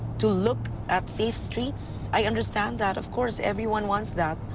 to look at safe streets. i understand that, of course, everyone wants that.